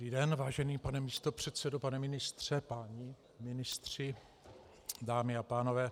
Dobrý den, vážený pane místopředsedo, pane ministře, páni ministři, dámy a pánové.